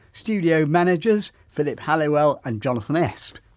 studio managers philip halliwell and jonathan ah esp,